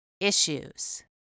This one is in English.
issues